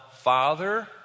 Father